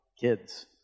kids